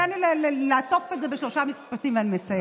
תן לי לעטוף את זה בשלושה משפטים ואני מסיימת.